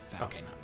Okay